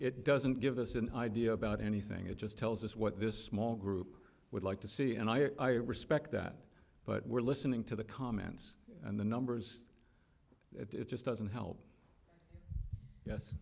it doesn't give us an idea about anything it just tells us what this small group would like to see and i respect that but we're listening to the comments and the numbers it just doesn't help yes